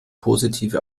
positive